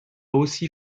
aussi